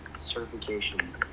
certification